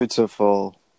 beautiful